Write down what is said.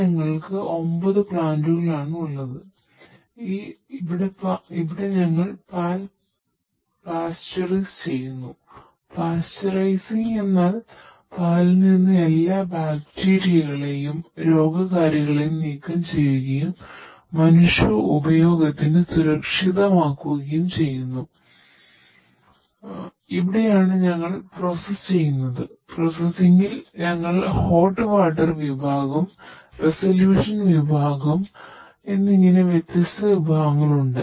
ഞങ്ങൾക്ക് ഒരു സെൻട്രലൈസ്ഡ് എന്നിങ്ങനെ വ്യത്യസ്ത വിഭാഗങ്ങളുണ്ട്